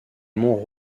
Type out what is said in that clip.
monts